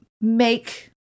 make